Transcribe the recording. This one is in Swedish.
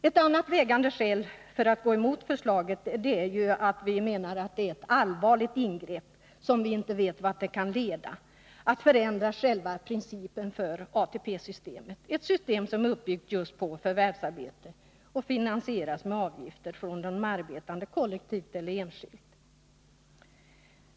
Ett annat vägande skäl för att gå emot regeringsförslaget är att vi menar att det är ett allvarligt ingrepp, som vi inte vet vart det kan leda, att förändra själva principen för ATP, ett system som är uppbyggt just på förvärvsarbete och finansieras med avgifter från de arbetande, kollektivt eller enskilt.